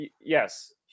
yes